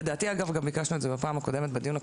לדעתי, אגב, גם ביקשנו את זה בדיון הקודם.